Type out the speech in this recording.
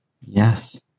yes